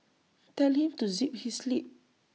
tell him to zip his lip